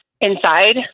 inside